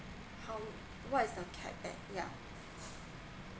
what's the cap that yeah